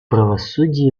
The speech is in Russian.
правосудие